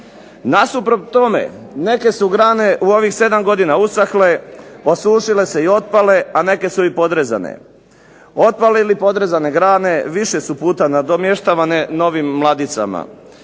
Nasuprot tome neke su grane u ovih 7 godina usahle, osušile se i otpale, a neke su i podrezane. Otpale ili podrezane grane više su puta nadomještavane novim mladicama.